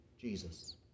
Jesus